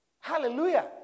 Hallelujah